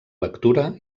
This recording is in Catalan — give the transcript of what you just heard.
lectura